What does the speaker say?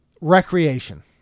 recreation